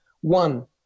One